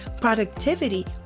Productivity